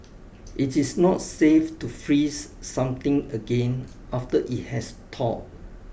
it is not safe to freeze something again after it has thawed